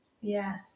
Yes